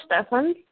Stefan